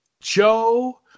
Joe